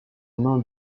main